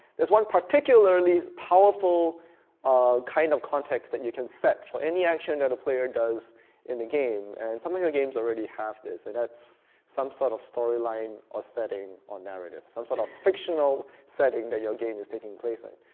there's one particularly powerful kind of context that you can set for any action that a player does in the game. and some of your games already have this and that's some sort of storyline or setting or narrative, some sort of fictional setting that your game is taking place in.